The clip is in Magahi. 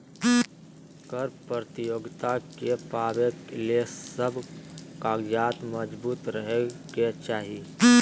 कर प्रतियोगिता के पावे ले सब कागजात मजबूत रहे के चाही